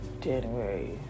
January